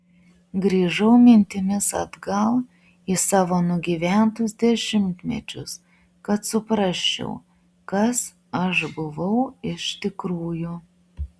grįžau mintimis atgal į savo nugyventus dešimtmečius kad suprasčiau kas aš buvau iš tikrųjų